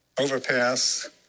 overpass